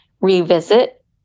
revisit